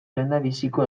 lehenbiziko